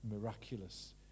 miraculous